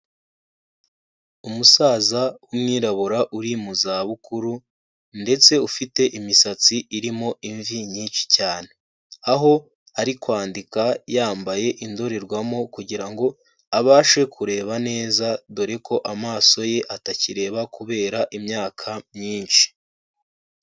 Umusaza w'umwirabura uri mu zabukuru ndetse ufite imisatsi irimo imvi nyinshi cyane. Aho ari kwandika yambaye indorerwamo kugira ngo abashe kureba neza, dore ko amaso ye atakireba kubera imyaka myinshi.